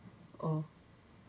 oh